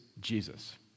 Jesus